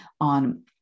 on